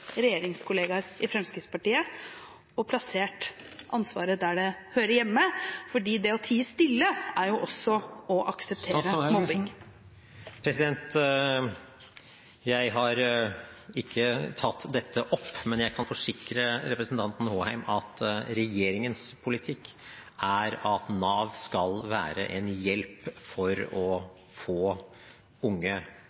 i Fremskrittspartiet og plassert ansvaret der det hører hjemme, for det å tie stille er jo også å akseptere mobbing? Jeg har ikke tatt dette opp, men jeg kan forsikre representanten Håheim om at regjeringens politikk er at Nav skal være en hjelp for å